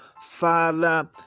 Father